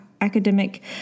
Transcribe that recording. academic